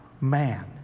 man